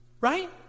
right